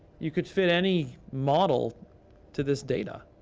you could fit any model to this data.